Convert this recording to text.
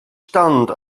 stand